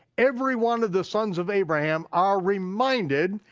every one of the sons of abraham are reminded,